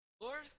Lord